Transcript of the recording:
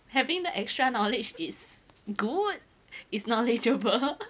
having the extra knowledge is good is knowledgeable